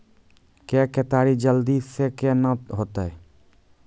के केताड़ी जल्दी से के ना होते?